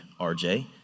RJ